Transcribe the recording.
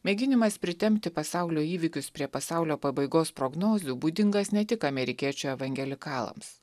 mėginimas pritempti pasaulio įvykius prie pasaulio pabaigos prognozių būdingas ne tik amerikiečių evangelikalams